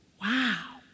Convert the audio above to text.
Wow